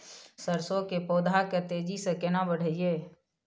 सरसो के पौधा के तेजी से केना बढईये?